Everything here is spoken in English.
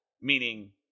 Meaning